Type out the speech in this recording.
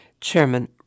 Chairman